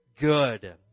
good